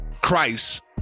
Christ